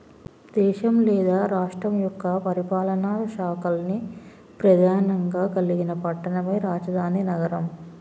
దేశం లేదా రాష్ట్రం యొక్క పరిపాలనా శాఖల్ని ప్రెధానంగా కలిగిన పట్టణమే రాజధాని నగరం